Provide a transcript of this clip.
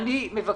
אני מבקש,